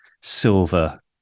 silver